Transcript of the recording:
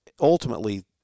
Ultimately